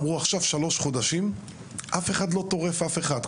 אמרו: עכשיו במשך שלושה חודשים אף אחד לא טורף אף אחד,